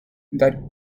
that